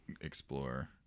explore